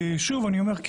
שוב אני אומר,